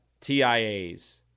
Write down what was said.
TIAs